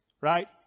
Right